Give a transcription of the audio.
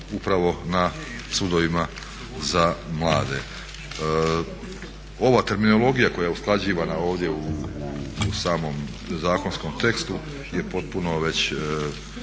upravo na sudovima za mlade. Ova terminologija koja je usklađivana ovdje u samom zakonskom tekstu je potpuno već